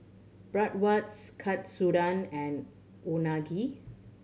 Bratwurst Katsudon and Unagi